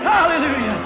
Hallelujah